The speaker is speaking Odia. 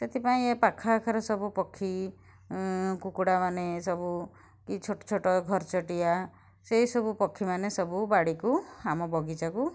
ସେଥିପାଇଁ ଏ ପାଖ ଆଖରେ ସବୁ ପକ୍ଷୀ କୁକୁଡ଼ାମାନେ ସବୁ କି ଛୋଟ ଛୋଟ ଘରଚଟିଆ ସେଇସବୁ ପକ୍ଷୀମାନେ ସବୁ ବାଡ଼ିକୁ ଆମ ବଗିଚାକୁ